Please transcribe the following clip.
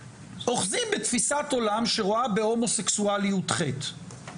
אוחזים בתפיסת עולם שרואה בהומוסקסואליות חטא,